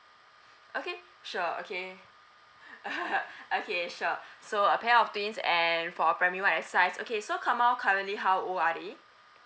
okay sure okay okay sure so a pair of twins and for a primary one exercise okay so kamil currently how old are they